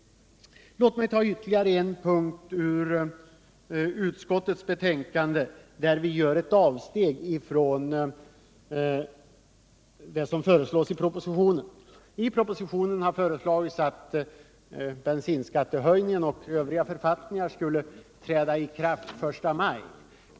Låt mig ta ytterligare en punkt i utskottets betänkande där vi har gjort avsteg från propositionen. Förslaget i propositionen är att bensinskattehöjningen skall träda i kraft den 1 maj.